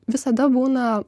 visada būna